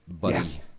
buddy